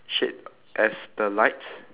and then the the grey colour